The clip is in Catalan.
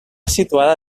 situada